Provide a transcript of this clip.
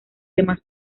demás